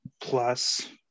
plus